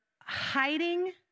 hiding